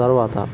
తర్వాత